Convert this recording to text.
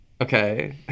Okay